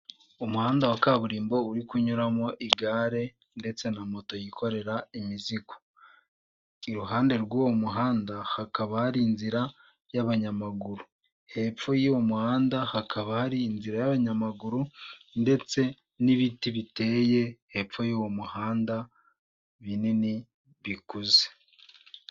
Umuhanda wa kaburimbo uri kunyuramo igare ndetse na moto yikorera imizigo iruhande rw'uwo muhanda hakaba hari inzira y'abanyamaguru hepfo y'uwo muhanda hakaba hari inzira y'abanyamaguru ndetse n'ibiti biteye hepfo yuwo muhanda binini bikuze .